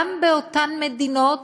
גם באותן מדינות